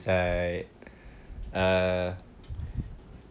it's like uh